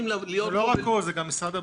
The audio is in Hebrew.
זה לא רק הוא, זה גם משרד הבריאות.